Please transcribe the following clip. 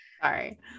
Sorry